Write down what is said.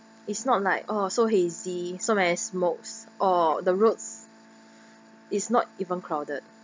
it's not like ugh so hazy so many smokes uh the roads is not even crowded